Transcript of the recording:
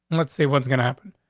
let's see what's gonna happen.